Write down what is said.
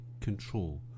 control